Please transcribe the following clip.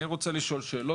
אני רוצה לשאול שאלות.